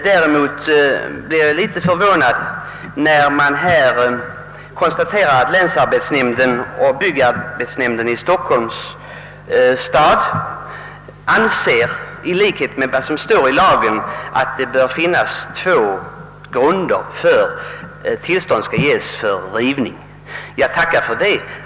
Däremot blev jag litet förvånad då inrikesministern konstaterade att länsarbetsnämnden för Stockholms stad och län i likhet med byggarbetsnämnden anser att det bör finnas två grunder för att tillstånd till rivning skall ges.